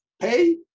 pay